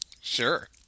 Sure